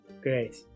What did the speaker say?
great